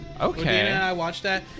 Okay